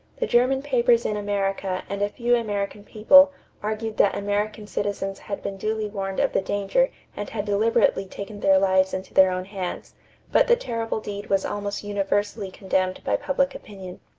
the german papers in america and a few american people argued that american citizens had been duly warned of the danger and had deliberately taken their lives into their own hands but the terrible deed was almost universally condemned by public opinion.